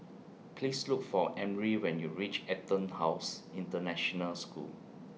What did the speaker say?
Please Look For Emry when YOU REACH Etonhouse International School